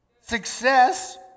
Success